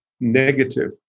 negative